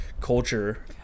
culture